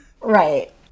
Right